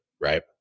right